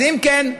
אם כן,